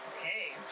Okay